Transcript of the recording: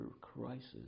crisis